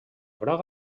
groc